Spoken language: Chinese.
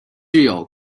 具有